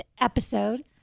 episode